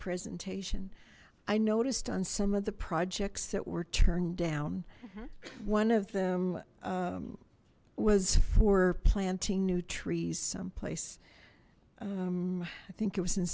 presentation i noticed on some of the projects that were turned down one of them was for planting new trees someplace i think it was in